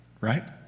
right